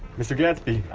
mr. gatsby!